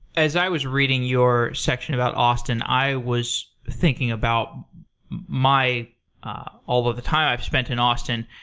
as i was reading your section about austin, i was thinking about my although the time i've spent in austin